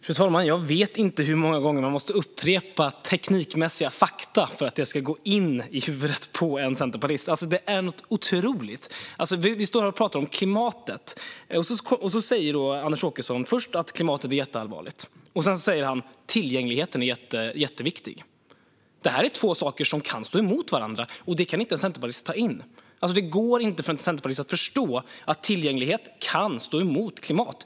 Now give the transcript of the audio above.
Fru talman! Jag vet inte hur många gånger man måste upprepa teknikmässiga fakta för att det ska gå in i huvudet på en centerpartist. Det är otroligt när vi står här och pratar om klimatet! Först säger Anders Åkesson att frågan om klimatet är jätteallvarlig. Sedan säger han att tillgängligheten är jätteviktig. Det här är två saker som kan stå emot varandra, men det kan inte en centerpartist ta in. Det går inte för en centerpartist att förstå att tillgänglighet kan stå emot klimat.